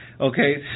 Okay